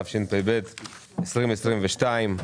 התשפ"ב-2022.